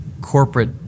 corporate